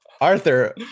Arthur